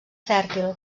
fèrtil